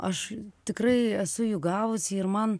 aš tikrai esu jų gavusi ir man